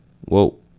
Whoa